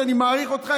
אני מעריך אותך,